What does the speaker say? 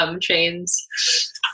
chains